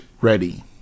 ready